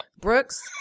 Brooks